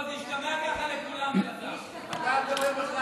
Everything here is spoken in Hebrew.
אל תגידי לי,